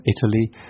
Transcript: Italy